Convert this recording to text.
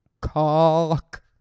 cock